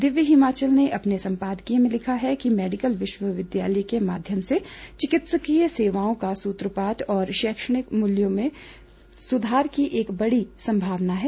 दिव्य हिमाचल ने अपने संपादकीय में लिखा है कि मेडिकल विश्वविद्यालय के माध्यम से चिकित्सकीय सेवाओं का सूत्रपात और शैक्षिक मूल्यों में सुधार की एक बड़ी संभावना है